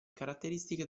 caratteristiche